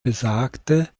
besagte